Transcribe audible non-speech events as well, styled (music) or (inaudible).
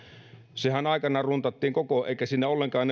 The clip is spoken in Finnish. sehän aikoinaan runtattiin kokoon eikä siinä ollenkaan (unintelligible)